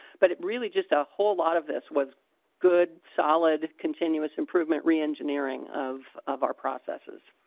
but it really just a whole lot of this was good solid continuous improvement reengineering of of our processes.